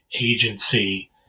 agency